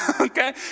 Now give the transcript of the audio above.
Okay